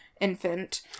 infant